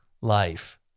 life